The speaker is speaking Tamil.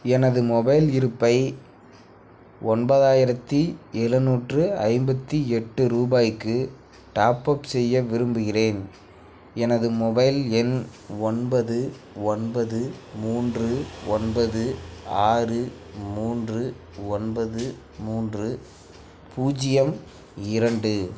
எனது மொபைல் இருப்பை ஒன்பதாயிரத்தி எழுநூற்று ஐம்பத்தி எட்டு ரூபாய்க்கு டாப்அப் செய்ய விரும்புகின்றேன் எனது மொபைல் எண் ஒன்பது ஒன்பது மூன்று ஒன்பது ஆறு மூன்று ஒன்பது மூன்று பூஜ்ஜியம் இரண்டு